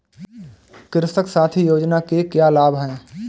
कृषक साथी योजना के क्या लाभ हैं?